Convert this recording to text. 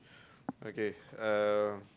okay uh